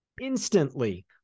Instantly